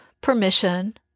permission